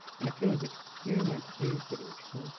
and feel as if hearing my plea for the return,